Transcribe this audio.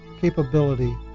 capability